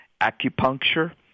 acupuncture